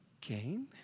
gain